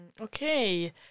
Okay